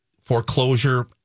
foreclosure